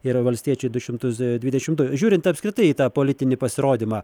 ir valstiečiai du šimtus dvidešimt du žiūrint apskritai į tą politinį pasirodymą